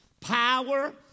power